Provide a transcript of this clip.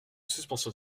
suspension